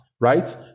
right